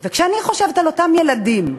וכשאני חושבת על אותם ילדים,